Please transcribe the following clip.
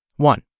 One